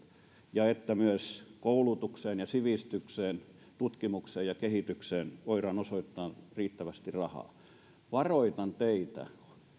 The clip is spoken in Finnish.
ja että myös koulutukseen ja sivistykseen tutkimukseen ja kehitykseen voidaan osoittaa riittävästi rahaa varoitan teitä